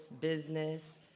business